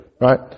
right